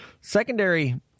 Secondary